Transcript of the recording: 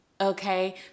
Okay